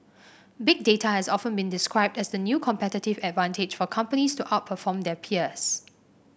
Big Data has often been described as the new competitive advantage for companies to outperform their peers